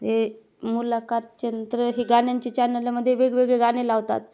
हे मुलाखत चंद्र हे गाण्यांच्या चॅनलमध्ये वेगवेगळे गाणे लावतात